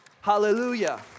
Hallelujah